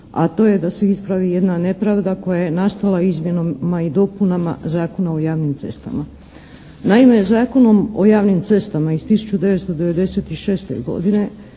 a to je da se ispravi jedna nepravda koja je nastala izmjenama i dopunama Zakona o javnim cestama. Naime, Zakonom o javnim cestama iz 1996. godine